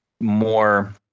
more